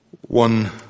One